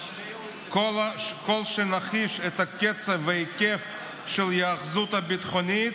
ככל שנחיש את הקצב וההיקף של ההיאחזות הביטחונית,